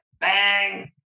bang